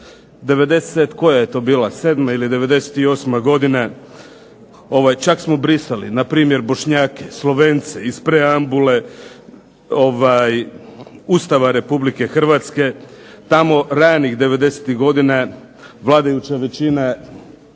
koalicije. '97. ili'98. godina čak smo brisali npr. Bošnjake, Slovence iz preambule Ustava Republike Hrvatske. Tamo ranih '90.-tih godina vladajuća većina